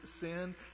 sin